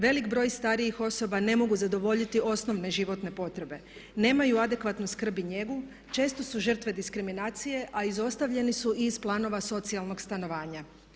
Veliki broj starijih osoba ne mogu zadovoljiti osnovne životne potrebe, nemaju adekvatnu skrb i njegu, često su žrtve diskriminacije a izostavljeni su i iz planova socijalnog stanovanja.